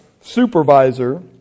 supervisor